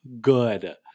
good